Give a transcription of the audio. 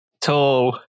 tall